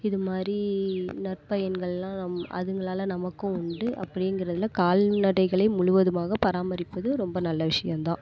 இதுமாதிரி நற்பயன்கள்லாம் நம் அதுங்களால் நமக்கும் உண்டு அப்படிங்கிறதுல கால்நடைகளை முழுவதுமாக பராமரிப்பது ரொம்ப நல்ல விஷயந்தான்